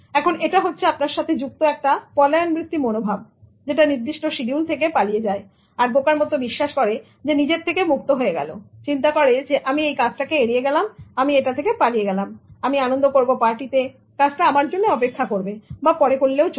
এখন এটা হচ্ছে আপনার সাথে যুক্ত একটা পলায়ন বৃত্তি মনোভাব যেটা নির্দিষ্ট সিডিউল থেকে পালিয়ে যায় আর বোকার মতন বিশ্বাস করে যে নিজের থেকে মুক্ত হয়ে গেল চিন্তা করে আমি এটা এড়িয়ে গেলাম আমি এটা থেকে পালিয়ে গেলাম আমি আনন্দ করবো পার্টিতে কাজটা আমার জন্য অপেক্ষা করবে